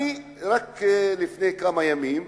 רק לפני כמה ימים,